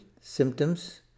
symptoms